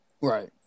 right